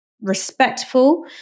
respectful